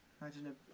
Imagine